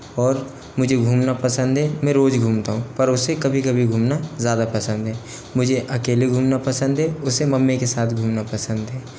और मुझे घूमना पसंद है मैं रोज़ घूमता हूँ पर उसे कभी कभी घूमना ज़्यादा पसंद है मुझे अकेले घूमना पसंद है उसे मम्मी के साथ घूमना पसंद है